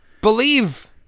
Believe